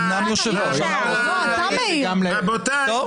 אומנם יושב-ראש, אבל אנחנו לא יכולים להעיר.